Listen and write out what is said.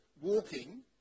walking